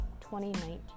2019